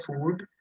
food